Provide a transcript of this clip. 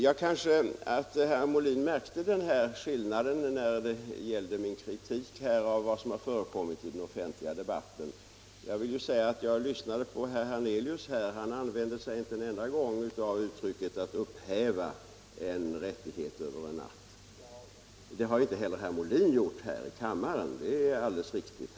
Ja, kanske herr Molin märkte skillnaden när det gällde min kritik och vad som har förekommit i den offentliga debatten. Herr Hernelius använde t.ex. inte en enda gång uttrycket att upphäva en rättighet över en natt. Det har inte heller herr Molin gjort här i kammaren; det är alldeles riktigt.